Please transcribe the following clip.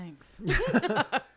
thanks